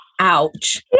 Ouch